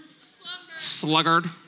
sluggard